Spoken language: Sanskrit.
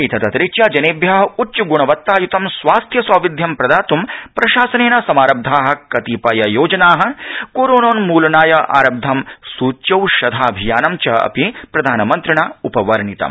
एतदतिरिच्य जनेभ्य उच्चग्णवताय्तं स्वास्थ्य सौविध्यं प्रदात्ं प्रशासनेन समारब्धा कतिपय योजना कोरोनोन्मूलनाय आरब्धं सूच्यौषधाभियानं चापि प्रधानमन्द्रिणा उपवर्णितम्